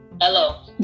Hello